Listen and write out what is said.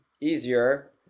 easier